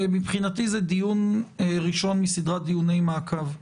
מבחינתי זה דיון ראשון בסדרת דיוני מעקב.